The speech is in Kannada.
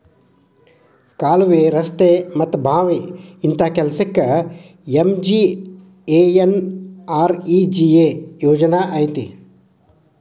ಕಾಲ್ವೆ, ರಸ್ತೆ ಮತ್ತ ಬಾವಿ ಇಂತ ಕೆಲ್ಸಕ್ಕ ಎಂ.ಜಿ.ಎನ್.ಆರ್.ಇ.ಜಿ.ಎ ಯೋಜನಾ ಐತಿ